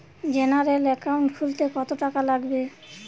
General account খুলতে কত টাকা লাগবে?